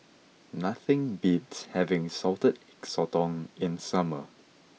nothing beats having Salted Egg Sotong in summer